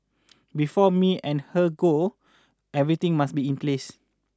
before me and her go everything must be in place